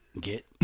get